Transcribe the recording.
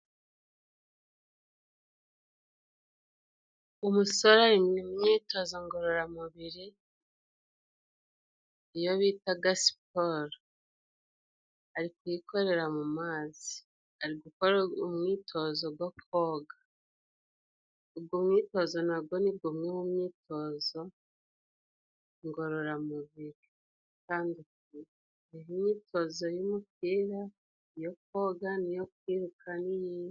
Umusore ari mu myitozo ngororamubiri, iyo bita siporo. Ari kuyikorera mu mazi. Ari gukora umwitozo wo koga. Uwo mwitoza na wo ni umwe mu myitozo ngororamubiri. Kandi imyitozo y'umupira, iyo koga n'iyo kwiruka n'iyindi.